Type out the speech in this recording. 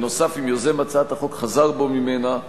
בנוסף, אם יוזם הצעת החוק חזר בו ממנה,